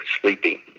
sleepy